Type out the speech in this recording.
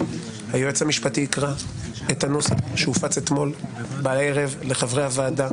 היועץ המשפטי יקרא את הנוסח שהופץ אתמול בערב לחברי הוועדה.